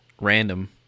random